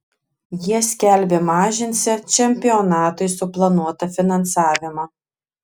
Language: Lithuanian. jie skelbia mažinsią čempionatui suplanuotą finansavimą